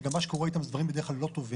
שגם מה שקורה איתן זה דברים בדרך כלל לא טובים,